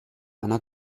einer